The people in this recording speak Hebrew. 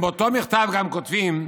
הם באותו מכתב גם כותבים: